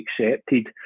accepted